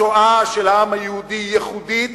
השואה של העם היהודי היא ייחודית